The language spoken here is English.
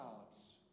jobs